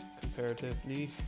comparatively